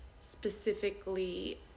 specifically